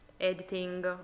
editing